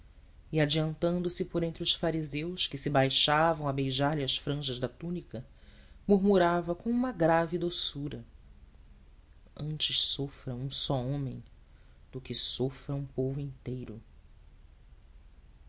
e adiantando-se por entre os fariseus que se baixavam a beijar-lhe as franjas da túnica murmurava com uma grave doçura antes sofra um só homem do que sofra um povo inteiro